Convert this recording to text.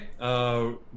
okay